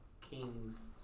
kings